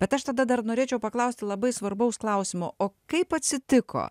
bet aš tada dar norėčiau paklausti labai svarbaus klausimo o kaip atsitiko